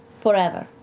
forever.